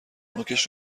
نوکش